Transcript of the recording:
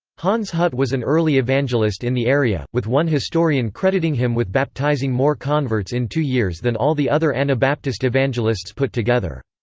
hans hut was an early evangelist in the area, with one historian crediting him with baptizing more converts in two years than all the other anabaptist evangelists put together.